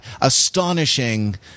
astonishing